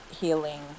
healing